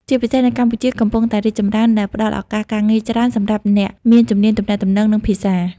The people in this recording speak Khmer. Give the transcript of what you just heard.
ជាពិសេសនៅកម្ពុជាកំពុងតែរីកចម្រើន ដែលផ្ដល់ឱកាសការងារច្រើនសម្រាប់អ្នកមានជំនាញទំនាក់ទំនង និងភាសា។